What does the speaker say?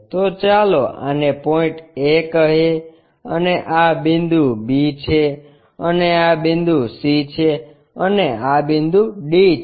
તો ચાલો આને પોઇન્ટ A કહીએ અને આ બિંદુ B છે અને આ બિંદુ C છે અને આ બિંદુ D છે